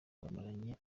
babyaranye